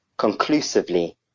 Conclusively